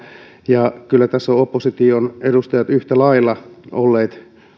ja kyllä tässä ovat opposition edustajat yhtä lailla olleet